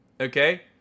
okay